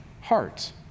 hearts